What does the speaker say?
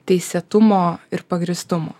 teisėtumo ir pagrįstumo